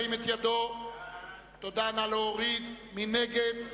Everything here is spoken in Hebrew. מי נגד?